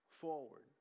forward